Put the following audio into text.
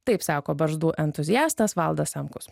taip sako barzdų entuziastas valdas samkus